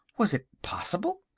was it possible?